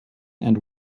and